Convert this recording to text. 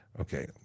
Okay